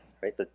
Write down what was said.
right